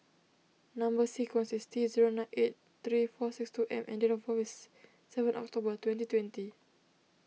Number Sequence is T zero nine eight three four six two M and date of birth is seven October twenty twenty